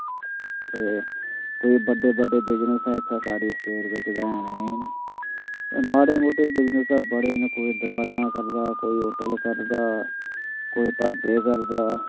ते कोई बड्डे बड्डे बिजनस इत्थै साढ़ै स्टेट बिच ते हैन नेईं माड़े मुट्टे बिजनस बड़े न कोई दकानां करदा कोई होटल करदा कोई ढाबे करदे